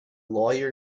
lawyer